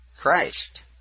Christ